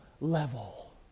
level